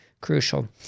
crucial